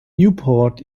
newport